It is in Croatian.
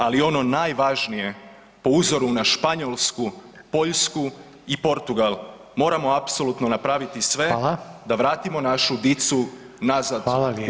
Ali ono najvažnije po uzoru na Španjolsku, Poljsku i Portugal moramo apsolutno napraviti sve da vratimo našu dicu nazad u Hrvatsku.